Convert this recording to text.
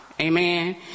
Amen